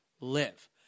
live